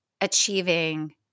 achieving